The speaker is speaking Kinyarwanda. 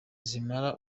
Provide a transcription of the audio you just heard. zimara